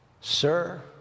Sir